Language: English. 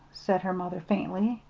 said her mother faintly.